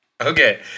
Okay